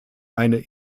eine